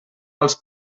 als